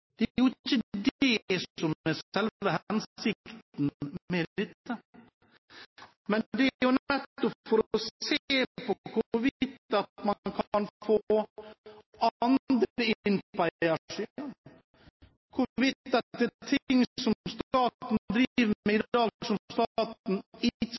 Det er ikke det som er hensikten med dette, men det er nettopp for å se på hvorvidt man kan få andre inn på eiersiden, hvorvidt det er ting som staten driver med i dag, som staten ikke har behov for å drive med,